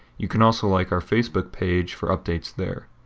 you can also like our facebook page for updates there.